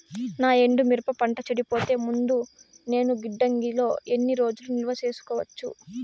నా ఎండు మిరప పంట చెడిపోయే ముందు నేను గిడ్డంగి లో ఎన్ని రోజులు నిలువ సేసుకోవచ్చు?